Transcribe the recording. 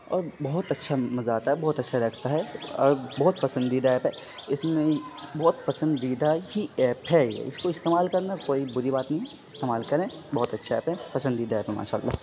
اور بہت اچھا مزہ آتا ہے بہت اچھا لگتا ہے اور بہت پسندیدہ ایپ ہے اس میں بہت پسندیدہ ہی ایپ ہے یہ اس کو استعمال کرنا کوئی بری بات نہیں ہے استعمال کریں بہت اچھا ایپ ہے پسندیدہ ایپ ہے ماشا اللہ